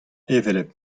hevelep